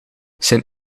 sint